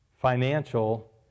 financial